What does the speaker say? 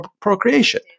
procreation